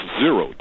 zero